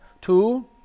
Two